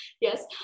yes